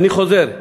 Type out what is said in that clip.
אני חוזר,